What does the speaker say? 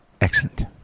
Excellent